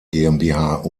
gmbh